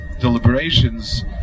deliberations